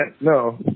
no